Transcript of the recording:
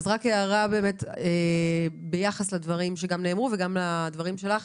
הערה ביחס לדברים שנאמרו וגם לדברים שלך.